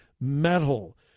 metal